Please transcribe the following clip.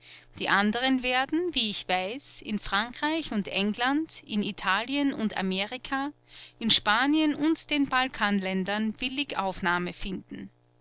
die anderen werden wie ich weiß in frankreich und england in italien und amerika in spanien und den balkanländern willig aufnahme finden